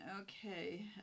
Okay